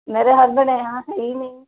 मेरे हसबेन्ड यहाँ पर है ही नहीं